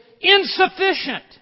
insufficient